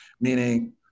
meaning